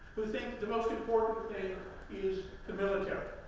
who think the most important thing is the military,